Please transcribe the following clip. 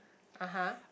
(aha)